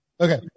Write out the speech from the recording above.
Okay